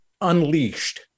unleashed